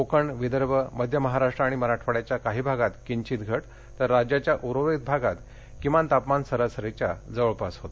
कोकण विदर्भ मध्य महाराष्ट्र आणि मराठवाड्याच्या काही भागात किंचित घट झाली आहे तर राज्याच्या उर्वरित भागात किमान तापमान सरासरीच्या जवळपास होते